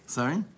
Sorry